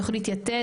תוכנית "יתד",